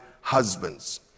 husbands